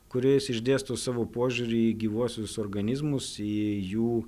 kuris išdėsto savo požiūrį į gyvuosius organizmus į jų